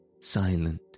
silent